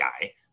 guy